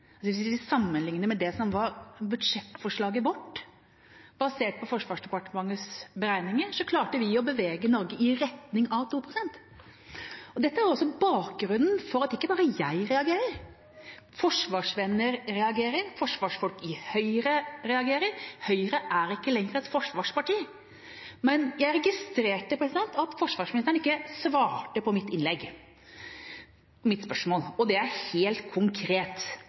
Hvis vi ser på det som var budsjettforslaget vårt, som var basert på Forsvarsdepartementets beregninger, klarte vi å bevege Norge i retning av 2 pst. Dette er også bakgrunnen for at ikke bare jeg reagerer – forsvarsvenner reagerer, og forsvarsfolk i Høyre reagerer. Høyre er ikke lenger et forsvarsparti. Jeg registrerte at utenriksministeren ikke svarte på spørsmålene mine, og de var helt konkrete: Er